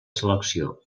selecció